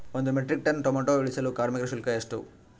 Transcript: ಒಂದು metric ton tomato ಇಳಿಸಲು ಕಾರ್ಮಿಕರ ಶುಲ್ಕ ಎಷ್ಟು?